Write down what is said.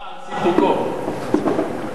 בא על סיפוקו היום.